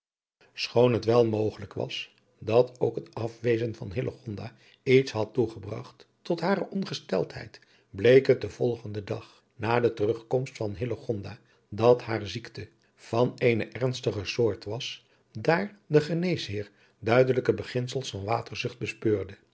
schoon het wel mogelijk was dat ook het afwezen van hillegonda iets had toegebragt tot hare ongesteldheid bleek het den volgenden dag na de terugkomst van hillegonda dat haar ziekte van eene ernstiger soort was daar de geneesheer duidelijke beginsels van waterzucht bespeurde